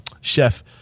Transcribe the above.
Chef